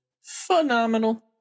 Phenomenal